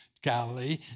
Galilee